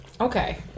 Okay